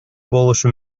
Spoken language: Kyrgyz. болушу